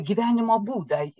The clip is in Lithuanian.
gyvenimo būdą